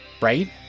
right